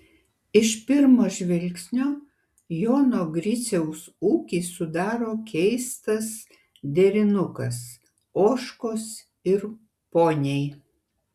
iš pirmo žvilgsnio jono griciaus ūkį sudaro keistas derinukas ožkos ir poniai